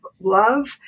love